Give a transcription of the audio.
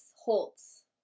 Holtz